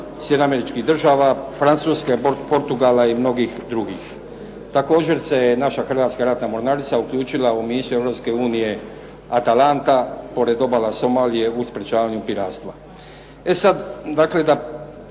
Američkih Država, Francuske, Portugala i mnogih drugih. Također se je naša Hrvatska ratna mornarica uključila u misiju Europske unije Atalanta, pored obala Somalije u sprečavanju piratstva.